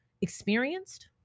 experienced